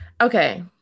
okay